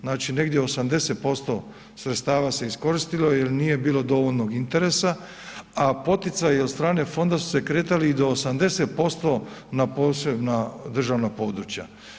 Znači negdje 80% sredstava se iskoristilo jer nije bilo dovoljnog interesa a poticaji od strane fonda su se kretali i do 80% na posebna državna područja.